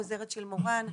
העוזרת של מורן.